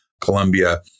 Colombia